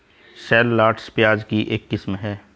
shallots, प्याज की एक किस्म है